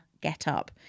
get-up